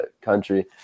country